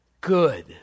good